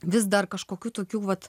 vis dar kažkokių tokių vat